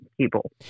people